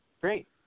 Great